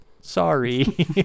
sorry